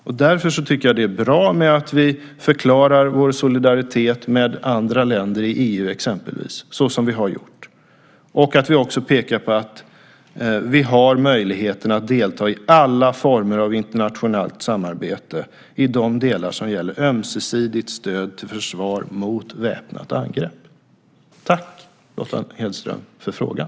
Det är bra att vi förklarar vår solidaritet med andra länder i exempelvis EU, såsom vi har gjort, och att vi pekar på att vi har möjlighet att delta i alla former av internationellt samarbete i de delar som gäller ömsesidigt stöd till försvar mot väpnat angrepp. Tack, Lotta Hedström, för frågan!